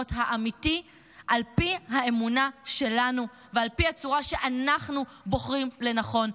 ההזדמנויות האמיתי על פי האמונה שלנו ועל פי הצורה שאנחנו בוחרים לנכון,